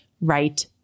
right